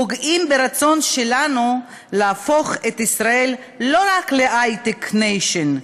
פוגעים ברצון שלנו להפוך את ישראל לא רק ל-High-tech nation,